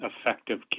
effective